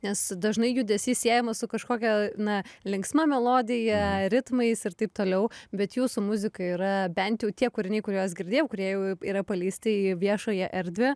nes dažnai judesys siejamas su kažkokia na linksma melodija ritmais ir taip toliau bet jūsų muzika yra bent jau tie kūriniai kuriuos girdėjau kurie jau yra paleisti į viešąją erdvę